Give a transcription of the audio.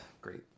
great